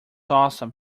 awesome